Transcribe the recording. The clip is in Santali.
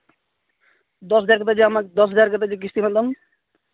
ᱫᱚᱥ ᱦᱟᱡᱟᱨ ᱠᱟᱛᱮᱫ ᱠᱟᱛᱮ ᱡᱮ ᱠᱤᱥᱛᱤ ᱢᱮᱱᱟᱜ ᱛᱟᱢ